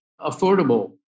affordable